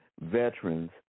veterans